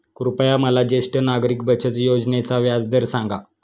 कृपया मला ज्येष्ठ नागरिक बचत योजनेचा व्याजदर सांगा